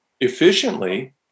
efficiently